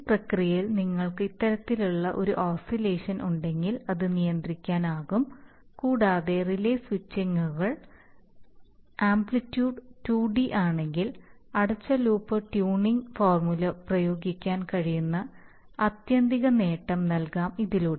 ഈ പ്രക്രിയയിൽ നിങ്ങൾക്ക് ഇത്തരത്തിലുള്ള ഒരു ഓസിലേഷൻ ഉണ്ടെങ്കിൽ അത് നിയന്ത്രിക്കാനാകും കൂടാതെ റിലേ സ്വിച്ചിംഗുകൾ ആംപ്ലിറ്റ്യൂഡ് 2 ഡി ആണെങ്കിൽ അടച്ച ലൂപ്പ് ട്യൂണിംഗ് ഫോർമുല പ്രയോഗിക്കാൻ കഴിയുന്ന ആത്യന്തിക നേട്ടം നൽകാം ഇതിലൂടെ